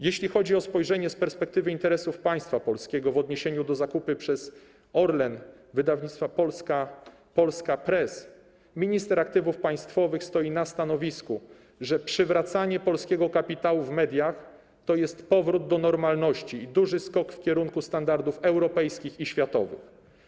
Jeśli chodzi o spojrzenie z perspektywy interesów państwa polskiego w odniesieniu do zakupu przez Orlen wydawnictwa Polska Press, minister aktywów państwowych stoi na stanowisku, że przywracanie polskiego kapitału w mediach to jest powrót do normalności i duży skok w kierunku standardów europejskich i światowych.